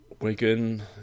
Wigan